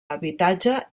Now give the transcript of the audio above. habitatge